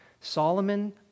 Solomon